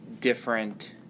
different